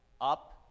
up